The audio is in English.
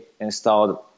installed